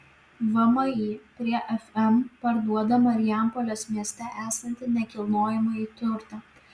vmi prie fm parduoda marijampolės mieste esantį nekilnojamąjį turtą